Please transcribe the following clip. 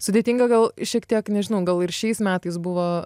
sudėtinga gal šiek tiek nežinau gal ir šiais metais buvo